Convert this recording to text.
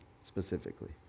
specifically